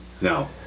No